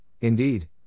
Indeed